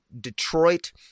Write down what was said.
detroit